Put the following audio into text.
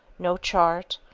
no chart,